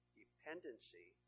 dependency